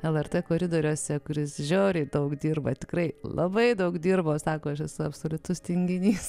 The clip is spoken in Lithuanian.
lrt koridoriuose kuris žiauriai daug dirba tikrai labai daug dirbo sako aš esu absoliutus tinginys